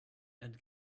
and